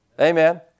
Amen